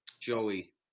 Joey